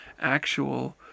actual